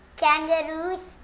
kangaroos